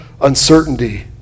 uncertainty